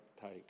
take